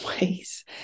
ways